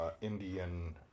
Indian